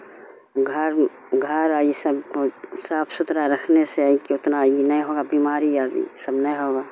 گھر گھر آ یہ سب کو صاف ستھرا رکھنے سے کہ اتنا یہ نہیں ہوگا بیماری یا یہ سب نہیں ہوگا